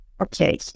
Okay